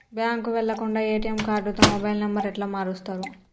బ్యాంకుకి వెళ్లకుండా ఎ.టి.ఎమ్ కార్డుతో మొబైల్ నంబర్ ఎట్ల మారుస్తరు?